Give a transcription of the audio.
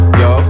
yo